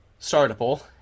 startable